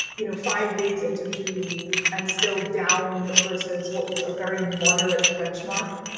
you know, five days into june and still down versus what was a very moderate benchmark,